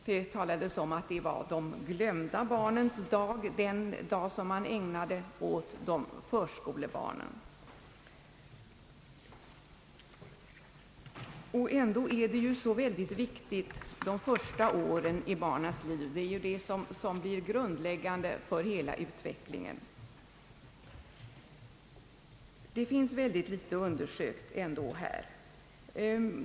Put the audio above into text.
Det talades om att den dag man ägnade förskolebarnen var »de glömda barnens dag». Som bekant är de första åren i barnens liv mycket viktiga; de blir ju grundläggande för hela utvecklingen. Det är ändå mycket litet som är undersökt på detta område.